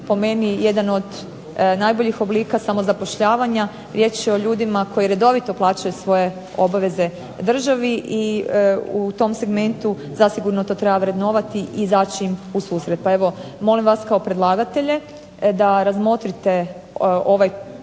po meni jedan od najboljih oblika samozapošljavanja. Riječ je o ljudima koji redovito plaćaju svoje obaveze državi i u tom segmentu zasigurno to treba vrednovati i izaći im ususret. Pa evo molim vas kao predlagatelje da razmotrite ovaj